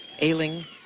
ailing